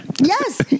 Yes